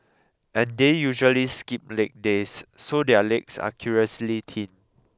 and they usually skip leg days so their legs are curiously thin